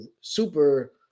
super